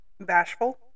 Bashful